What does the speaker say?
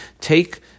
take